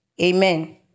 Amen